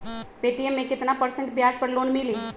Paytm मे केतना percent ब्याज पर लोन मिली?